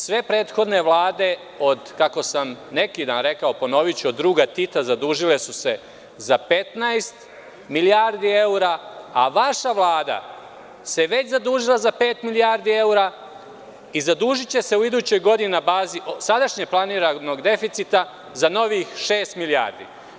Sve prethodne Vlade od, kako sam neki dan rekao, ponoviću druga Tita, zadužile su se za 15 milijardi evra, a vaša Vlada se već zadužila za pet milijardi evra i zadužiće se u idućoj godini na bazi sadašnjeg planiranog deficita za novih šest milijardi.